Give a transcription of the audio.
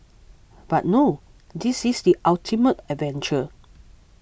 but no this is the ultimate adventure